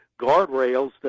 guardrails